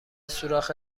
سوراخ